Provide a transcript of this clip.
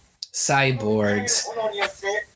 cyborgs